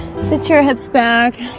sit your hips back